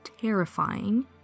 terrifying